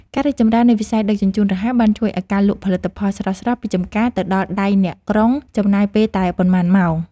ការរីកចម្រើននៃវិស័យដឹកជញ្ជូនរហ័សបានជួយឱ្យការលក់ផលិតផលស្រស់ៗពីចម្ការទៅដល់ដៃអ្នកក្រុងចំណាយពេលតែប៉ុន្មានម៉ោង។